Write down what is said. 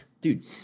dude